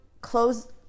close